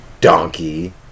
Donkey